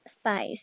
spice